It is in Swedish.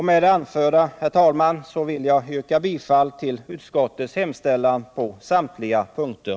Med det anförda, herr talman, vill jag yrka bifall till utskottets hem I ställan på samtliga punkter.